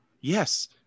Yes